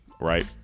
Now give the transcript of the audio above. right